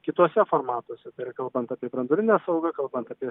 kituose formatuose tai yra kalbant apie branduolinę saugą kalbant apie